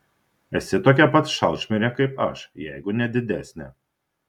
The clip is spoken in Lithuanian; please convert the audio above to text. esi tokia pat šalčmirė kaip aš jeigu ne didesnė